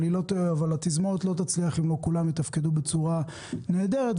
אבל התזמורת לא תצליח אם לא כולם יתפקדו בצורה נהדרת.